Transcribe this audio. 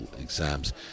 exams